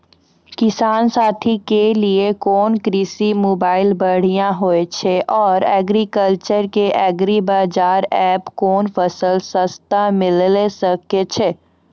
किसान साथी के लिए कोन कृषि मोबाइल बढ़िया होय छै आर एग्रीकल्चर के एग्रीबाजार एप कोन फसल सस्ता मिलैल सकै छै?